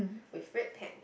with red pant